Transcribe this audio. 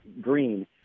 green